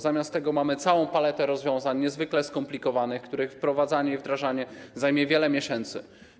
Zamiast tego mamy całą paletę rozwiązań niezwykle skomplikowanych, których wprowadzanie i wdrażanie zajmie wiele miesięcy.